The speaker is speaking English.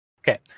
Okay